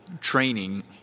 training